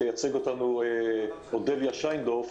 תייצג אותנו אודליה שינדורף,